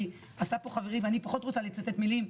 עשה את זה חברי ואני פחות רוצה לצטט מילים.